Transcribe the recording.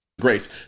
grace